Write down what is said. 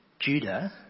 Judah